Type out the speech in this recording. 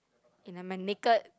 in uh my naked